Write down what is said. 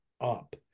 up